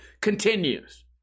continues